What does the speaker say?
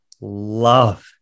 love